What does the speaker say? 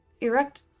erect